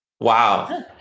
Wow